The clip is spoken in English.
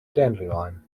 dandelion